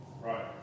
Right